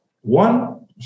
One